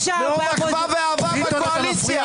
מרוב אחווה ואהבה בקואליציה.